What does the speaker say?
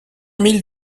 mille